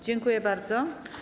Dziękuję bardzo.